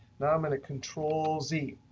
now i'm going to control z.